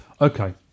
Okay